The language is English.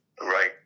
right